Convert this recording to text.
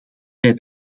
bij